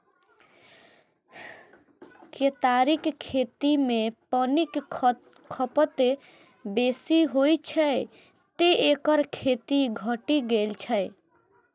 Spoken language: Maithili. केतारीक खेती मे पानिक खपत बेसी होइ छै, तें एकर खेती घटि गेल छै